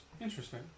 Interesting